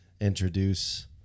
introduce